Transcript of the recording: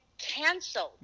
canceled